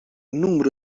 numru